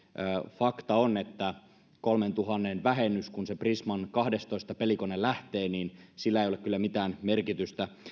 fakta on että kolmentuhannen vähennyksellä kun se prisman kahdestoista pelikone lähtee ei ole kyllä mitään merkitystä